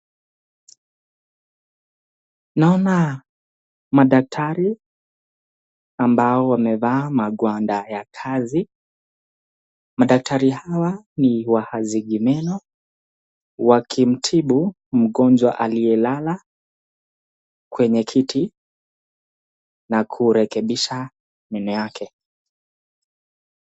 Naona madaktari ambao wamevaa magwanda ya kazi. Madaktari hawa ni wahazigi meno wakimtibu mgonjwa aliyelala kwenye kiti na kurekebisha meno yake.